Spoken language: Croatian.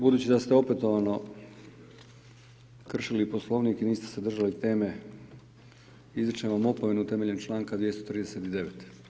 Budući da ste opetovano kršili Poslovnik i niste se držali teme, izričem vam opomenu temeljem čl. 239.